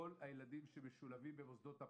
כל הילדים שמשולבים במוסדות הפטור,